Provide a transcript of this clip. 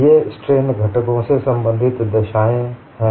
ये स्ट्रेन घटकों से संबंधित दशायें हैं